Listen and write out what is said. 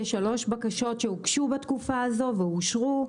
יש שלוש בקשות שהוגשו בתקופה הזאת ואושרו.